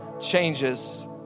changes